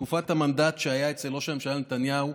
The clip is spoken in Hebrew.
בתקופת שהמנדט היה אצל ראש הממשלה נתניהו,